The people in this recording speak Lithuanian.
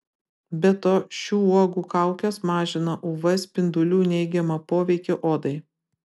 be to šių uogų kaukės mažina uv spindulių neigiamą poveikį odai